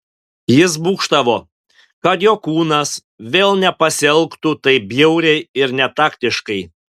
jis būgštavo kad jo kūnas vėl nepasielgtų taip bjauriai ir netaktiškai